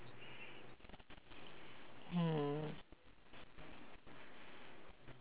mm